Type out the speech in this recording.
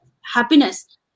happiness